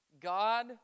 God